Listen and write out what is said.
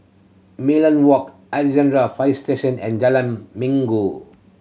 Merlion Walk Alexandra Fire Station and Jalan Minggu